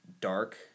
dark